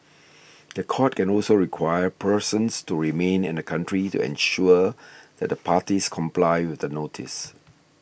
the court can also require persons to remain in the country to ensure that the parties comply with the notice